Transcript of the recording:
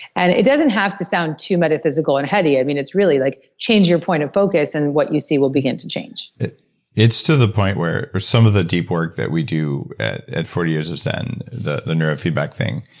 and it doesn't have to sound too metaphysical and heavy, i mean it's really like change your point of focus and what you see will begin to change it's to the point where where some of the deep work that we do at forty years of zen, the the neurofeedback thing,